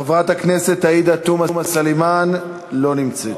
חברת הכנסת עאידה תומא סלימאן, לא נמצאת.